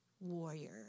warrior